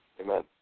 amen